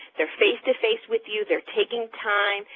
they're face to face with you. they're taking time.